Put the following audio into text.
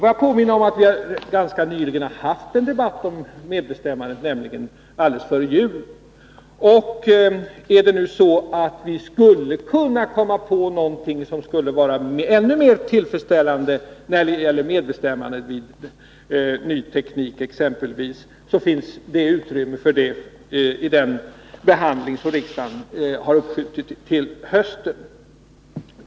Får jag påminna om att vi ganska nyligen, alldeles före jul, hade en debatt om medbestämmandet. Skulle vi komma på någonting som skulle kunna vara ännu mer tillfredsställande när det gäller medbestämmande vid införandet av exempelvis ny teknik kommer det att finnas utrymme för det i den behandling som riksdagen har uppskjutit till hösten.